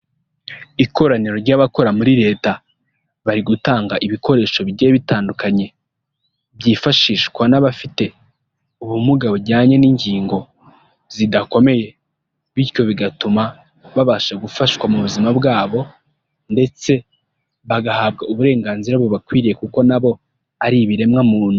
Ikoraniro ry'abakora muri leta bari gutanga ibikoresho bigiye bitandukanye, byifashishwa n'abafite ubumuga bujyanye n'ingingo zidakomeye, bityo bigatuma babasha gufashwa mu buzima bwabo ndetse bagahabwa uburenganzira bubakwiriye kuko nabo ari ibiremwamuntu.